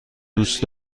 دوست